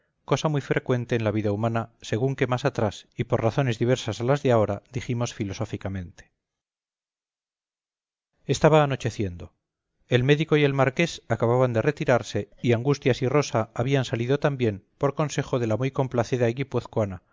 cosa muy frecuente en la humana vida según que más atrás y por razones inversas a las de ahora dijimos filosóficamente estaba anocheciendo el médico y el marqués acababan de retirarse y angustias y rosa habían salido también por consejo de la muy complacida